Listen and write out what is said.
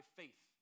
faith